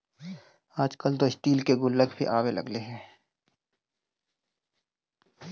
आजकल तो स्टील के गुल्लक भी आवे लगले हइ